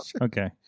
Okay